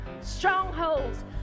strongholds